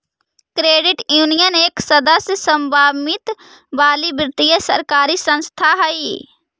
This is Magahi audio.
क्रेडिट यूनियन एक सदस्य स्वामित्व वाली वित्तीय सरकारी संस्था हइ